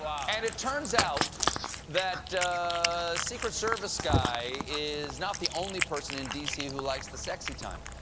and it turns out that secret service guy is not the only person in d c. who likes the sexy time.